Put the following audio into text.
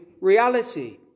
reality